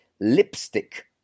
lipstick